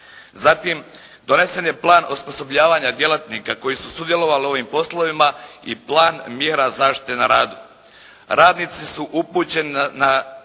Zatim, donesen je plan osposobljavanja djelatnika koji su sudjelovali u ovim poslovima i plan mjera zaštite na radu. Radnici su upućeni na